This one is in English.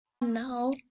No